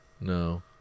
no